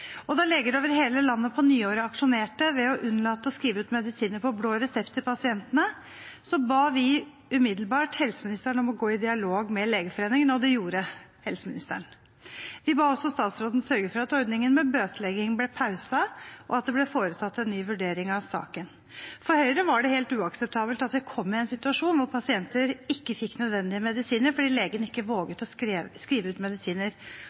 Og da leger over hele landet på nyåret aksjonerte ved å unnlate å skrive ut medisiner på blå resept til pasientene, ba vi umiddelbart helseministeren om å gå i dialog med Legeforeningen, og det gjorde helseministeren. De ba også statsråden sørge for at ordningen med bøtelegging ble pauset, og at det ble foretatt en ny vurdering av saken. For Høyre var det helt uakseptabelt at vi kom i en situasjon hvor pasienter ikke fikk nødvendige medisiner fordi legen ikke våget å skrive ut medisiner